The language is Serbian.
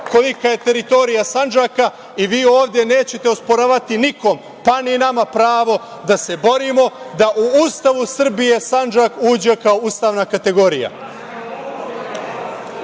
kolika je teritorija Sandžaka i vi ovde nećete osporavati nikom, pa ni nama, pravo da se borimo da u Ustavu Srbije Sandžak uđe kao ustavna